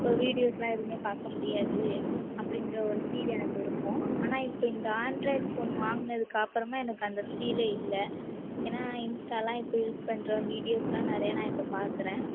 அப்போ வீடியோஸ்லாம் எதுவுமே பார்க்கமுடியாது அப்படின்ற ஒரு ஃபீல் எனக்கு இருக்கும் ஆனால் இப்போ இந்த ஆண்ட்ராய்டு ஃபோன் வாங்கினதுக்கு அப்புறமா எனக்கு அந்த ஃபீலே இல்லை ஏன்னா இன்ஸ்டாலாம் இப்போ யூஸ் பண்ணுறோம் வீடியோஸ்லாம் நிறைய நான் இப்போ பாக்கிறேன்